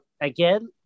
again